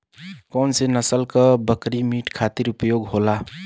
कौन से नसल क बकरी मीट खातिर उपयोग होली?